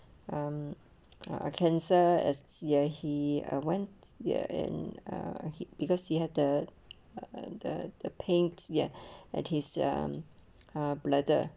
um a cancer as ya he went there and uh he because he the uh the the paints ye and he's a bladder